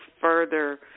further